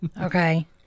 Okay